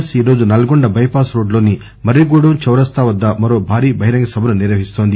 yes ఈరోజు Nalgonda bypass రోడ్డులోని మర్రిగూడెం చౌరస్తా వద్ద మరో భారీ బహిరంగ సభను నిర్వహిస్తోంది